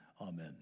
Amen